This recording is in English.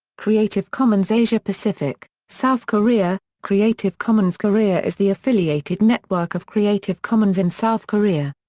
creative commons asia-pacific south korea creative commons korea is the affiliated network of creative commons in south korea.